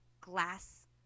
glass